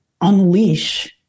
unleash